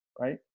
right